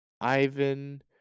Ivan